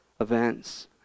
events